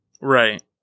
Right